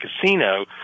casino